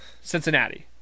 Cincinnati